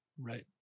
right